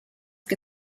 que